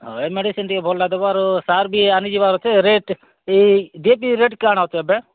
ହଏ ମେଡ଼ିସିନ୍ ଟିକେ ଭଲ ନାଇଁ ଦେବାର୍ ସାର୍ ଟିକେ ଆନିଯିବାର ଅଛେ ରେଟ୍ କାଣା ଅଛି ଏବେ